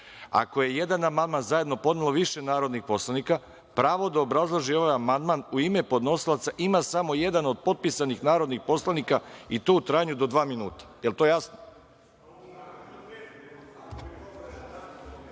ako je jedan amandman zajedno podnelo više narodnih poslanika, pravo da obrazlaže ovaj amandman u ime podnosilaca ima samo jedan od potpisanih narodnih poslanika i to u trajanju do dva minuta. Da li je to